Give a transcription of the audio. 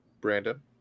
Brandon